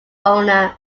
owner